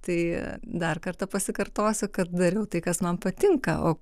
tai dar kartą pasikartosiu kad dariau tai kas man patinka o